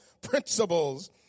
principles